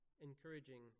encouraging